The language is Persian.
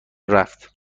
رفت